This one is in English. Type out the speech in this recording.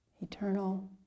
eternal